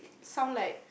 sound like